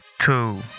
two